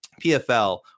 pfl